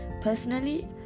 Personally